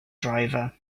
driver